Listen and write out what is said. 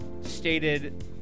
stated